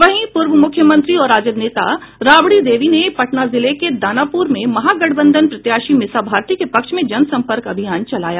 वहीं पूर्व मुख्यमंत्री और राजद नेता राबड़ी देवी ने पटना जिले के दानापुर में महागठबंधन प्रत्याशी मीसा भारती के पक्ष में जनसंपर्क अभियान चलाया